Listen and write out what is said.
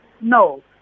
No